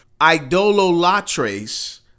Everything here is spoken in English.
Idololatres